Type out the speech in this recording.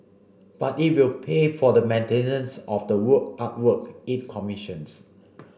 but it will pay for the maintenance of the work artwork it commissions